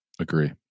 agree